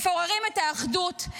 מפוררים את האחדות,